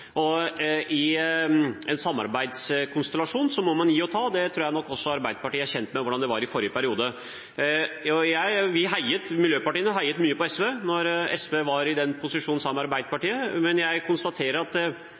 I en samarbeidskonstellasjon må man gi og ta, og jeg tror nok også at Arbeiderpartiet er kjent med hvordan det var i forrige periode. Miljøpartiene heiet mye på SV da de var i den posisjonen sammen med Arbeiderpartiet. Men jeg konstaterer at